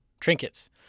trinkets